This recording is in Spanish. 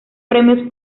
premios